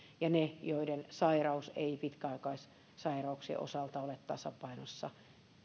ja ne joiden sairaus ei pitkäaikaissairauksien osalta ole tasapainossa